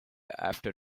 after